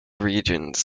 regions